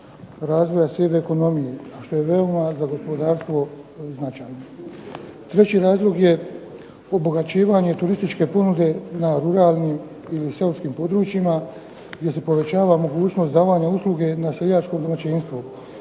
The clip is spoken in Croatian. razvoja sive ekonomije, a što je veoma, za gospodarstvo, značajno. Treći razlog je obogaćivanje turističke ponude na ruralnim ili seoskim područjima gdje se povećava mogućnost davanja usluge na seosko domaćinstvo.